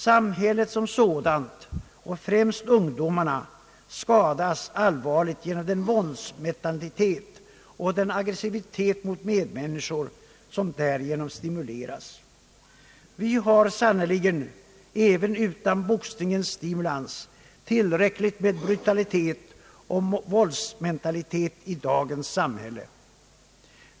Samhället som sådant och främst ungdomen skadas allvarligt genom den våldsmentalitet och den aggressivitet mot medmänniskor som stimuleras genom boxningsuppvisningarna. Vi har sannerligen även utan boxningens stimulans tillräckligt med brutalitet och våldsmentalitet i dagens samhälle.